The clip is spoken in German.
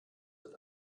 wird